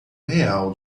real